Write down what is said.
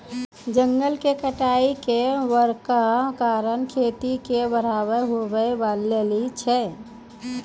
जंगल कटाय के बड़का कारण खेती के बढ़ाबै हुवै लेली छै